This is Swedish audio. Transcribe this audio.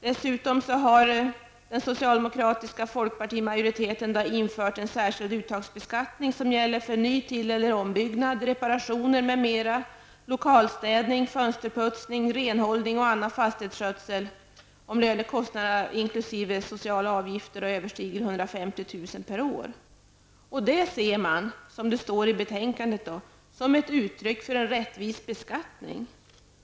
Dessutom har den socialdemokratiska och folkpartistiska majoriteten infört en särskild uttagsbeskattning för ny-, tilleller ombyggnader, samt för reparationer m.m., lokalstädning, fönsterputsning, renhållning och annan fastighetsskötsel om lönekostnaderna inkl. sociala avgifter överstiger 150 000 kr. per år. Detta ser man -- som det står i betänkandet -- som ett uttryck för en rättvis beskattning.